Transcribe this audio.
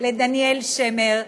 דניאל שמר,